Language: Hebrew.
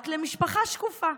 בת למשפחה שקופה,